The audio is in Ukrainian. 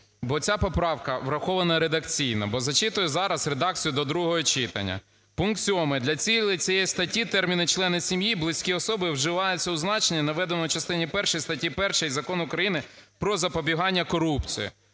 бо ця поправка врахована редакційно. Бо зачитую зараз редакцію до другого читання. Пункт 7: "Для цілей цієї статті терміни "члени сім'ї", "близькі особи" вживаються у значенні, наведеному у частині першій статті 1 Закону України "Про запобігання корупції".